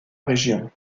région